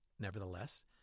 Nevertheless